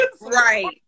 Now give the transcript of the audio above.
Right